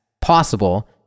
possible